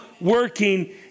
working